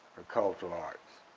cultural arts.